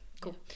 cool